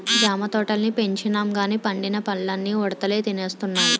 జామ తోటల్ని పెంచినంగానీ పండిన పల్లన్నీ ఉడతలే తినేస్తున్నాయి